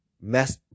mess